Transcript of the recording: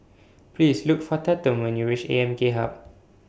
Please Look For Tatum when YOU REACH A M K Hub